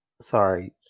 sorry